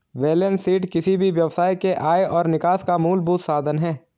balance sheet किसी भी व्यवसाय के आय और निकास का मूलभूत साधन है